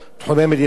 תחומי מדינת ישראל.